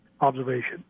observation